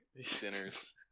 sinners